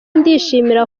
ndishimira